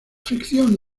fricción